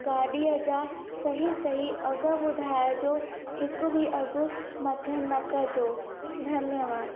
गाॾीअ जा सही सही अघु ॿुधाइजो हिकु बि अघु मथे न कजो धन्यवाद